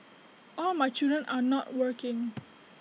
all my children are not working